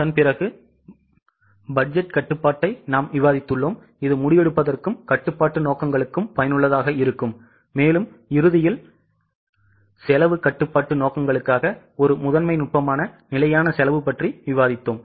அதன்பிறகு பட்ஜெட் கட்டுப்பாட்டை நாம் விவாதித்துள்ளோம் இது முடிவெடுப்பதற்கும் கட்டுப்பாட்டு நோக்கங்களுக்கும் பயனுள்ளதாக இருக்கும் மேலும் இறுதியில் செலவு கட்டுப்பாட்டு நோக்கங்களுக்காக ஒரு முதன்மை நுட்பமான நிலையான செலவு பற்றி விவாதித்தோம்